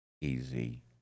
Easy